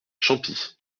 champis